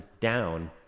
down